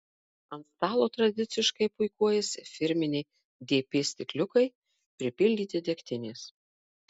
ant stalo tradiciškai puikuojasi firminiai dp stikliukai pripildyti degtinės